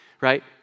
Right